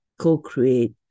co-create